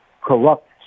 corrupt